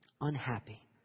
unhappy